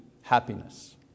happiness